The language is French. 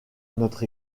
notre